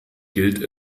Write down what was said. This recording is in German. gilt